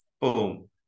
boom